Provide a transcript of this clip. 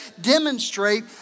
demonstrate